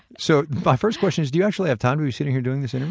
so my first question is do you actually have time to be sitting here doing this